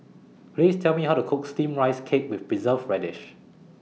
Please Tell Me How to Cook Steamed Rice Cake with Preserved Radish